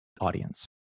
audience